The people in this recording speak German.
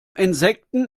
insekten